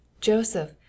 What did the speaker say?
Joseph